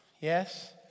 Yes